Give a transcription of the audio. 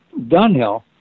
Dunhill